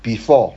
before